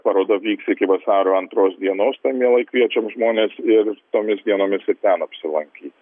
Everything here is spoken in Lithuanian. paroda vyks iki vasario antros dienos mielai kviečiam žmones ir tomis dienomis ir ten apsilankyti